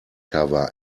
cover